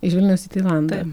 iš vilniaus į tailandą